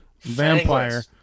vampire